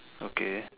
okay